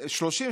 אנשי הימין,